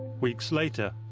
weeks later,